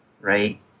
right